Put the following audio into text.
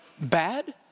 Bad